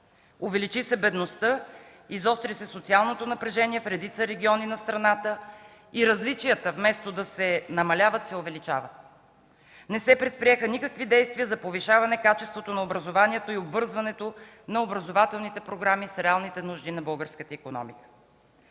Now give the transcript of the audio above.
Увеличи се бедността, изостри се социалното напрежение в редица региони на страната и различията вместо да се намаляват се увеличават. Не се предприеха никакви действия за повишаване качеството на образованието и обвързването на образователните програми с реалните нужди на българската икономика.